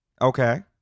Okay